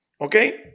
Okay